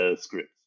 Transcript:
scripts